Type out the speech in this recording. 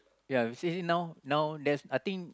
ya you see now now I think